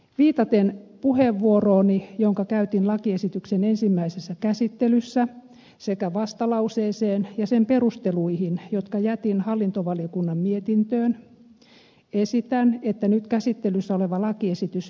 viitaten puheenvuorooni jonka käytin lakiesityksen ensimmäisessä käsittelyssä sekä vastalauseeseen ja sen perusteluihin jotka jätin hallintovaliokunnan mietintöön esitän että nyt käsittelyssä oleva lakiesitys hylätään